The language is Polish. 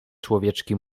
człowieczki